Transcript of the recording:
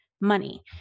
money